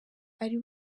ari